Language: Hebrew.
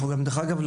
דרך אגב,